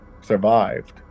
survived